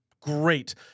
great